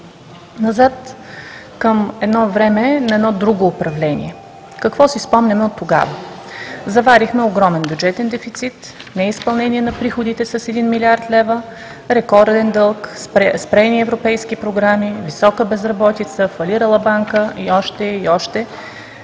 назад – към едно време на едно друго управление. Какво си спомняме оттогава? Заварихме огромен бюджетен дефицит, неизпълнение на приходите с 1 млрд. лв., рекорден дълг, спрени европейски програми, висока безработица, фалирала банка и още, и още.